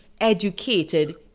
educated